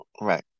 Right